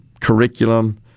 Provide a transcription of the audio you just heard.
curriculum